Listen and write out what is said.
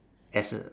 as a